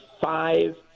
five